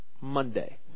Monday